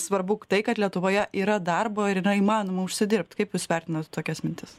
svarbu tai kad lietuvoje yra darbo ir yra įmanoma užsidirbt kaip jūs vertinat tokias mintis